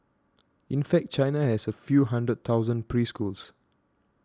in fact China has a few hundred thousand preschools